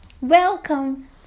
Welcome